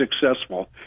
successful